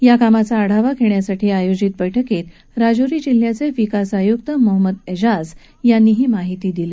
या कामाचा आढावा घेण्यासाठी आयोजित केलेल्या बैठकीत राजौरी जिल्ह्याचे विकास आयुक्त मोहम्मद ऐजाझ यांनी ही माहिती दिली